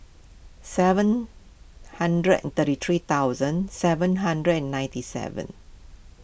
seven hundred and thirty three thousand seven hundred and ninety seven